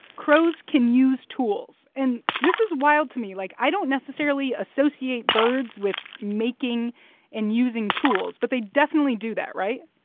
crows can use tools. and this is wild to me. like, i don't necessarily associate birds with making and using tools, but they definitely do that, right?